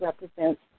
represents